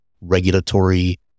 regulatory